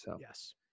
Yes